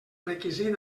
requisit